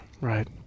right